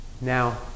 Now